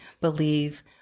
Believe